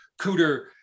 Cooter